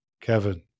Kevin